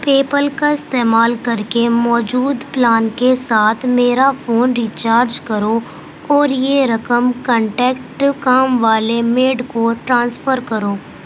پے پل کا استعمال کر کے موجود پلان کے ساتھ میرا فون ریچارج کرو اور یہ رقم کانٹیکٹ کام والے میڈ کو ٹرانسفر کرو